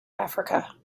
africa